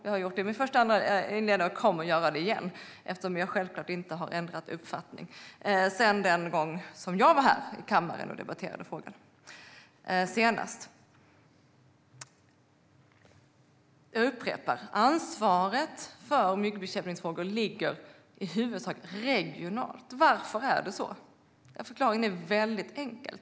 Jag sa det i inledningen och kommer att göra det igen, eftersom jag självklart inte har ändrat uppfattning sedan den gången jag var här i kammaren och debatterade frågan senast. Jag upprepar att ansvaret för myggbekämpningsfrågor i huvudsak ligger regionalt. Varför är det så? Förklaringen är väldigt enkel.